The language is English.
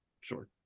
Sure